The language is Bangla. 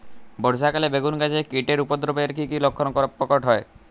বর্ষা কালে বেগুন গাছে কীটের উপদ্রবে এর কী কী লক্ষণ প্রকট হয়?